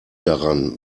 daran